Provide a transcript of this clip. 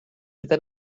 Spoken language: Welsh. gyda